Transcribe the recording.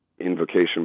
invocation